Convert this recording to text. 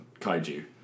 kaiju